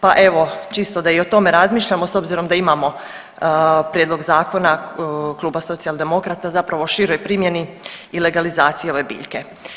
Pa evo čisto da i o tome razmišljamo s obzirom da imamo prijedlog zakona kluba Socijaldemokrata zapravo o široj primjeni i legalizaciji ove biljke.